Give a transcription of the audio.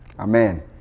Amen